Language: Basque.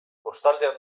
kostaldean